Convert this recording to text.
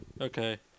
Okay